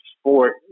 sport